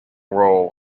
role